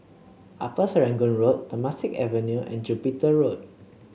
Upper Serangoon Road Temasek Avenue and Jupiter Road